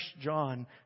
John